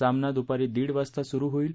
सामना दूपारी दीड वाजता सुरू होईल